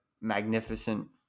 magnificent